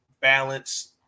Balance